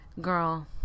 girl